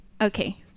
okay